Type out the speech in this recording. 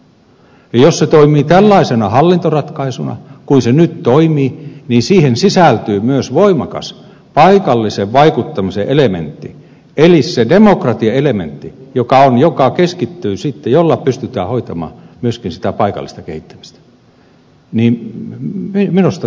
ja jos se toimii tällaisena hallintoratkaisuna kuin se nyt toimii siihen sisältyy myös voimakas paikallisen vaikuttamisen elementti eli se demokratiaelementti jolla pystytään hoitamaan myöskin sitä paikallista kehittämistä